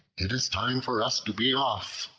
it is time for us to be off,